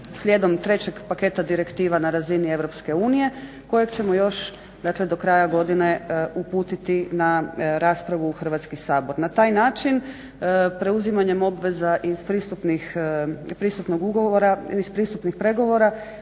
slijedom trećeg paketa direktiva na razini Europske unije kojeg ćemo još do kraja godine uputiti na raspravu u Hrvatski sabor. Na taj način preuzimanjem obveza iz pristupnih pregovora